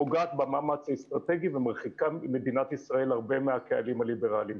פוגעת במאמץ האסטרטגי ומרחיקה ממדינת ישראל הרבה מהקהלים הליברליים.